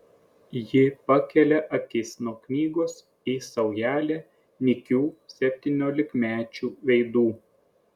ji pakelia akis nuo knygos į saujelę nykių septyniolikmečių veidų